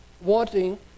wanting